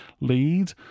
lead